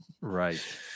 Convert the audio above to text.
Right